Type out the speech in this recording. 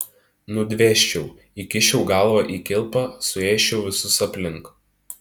nudvėsčiau įkiščiau galvą į kilpą suėsčiau visus aplink